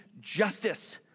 justice